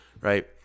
right